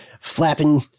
flapping